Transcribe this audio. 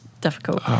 difficult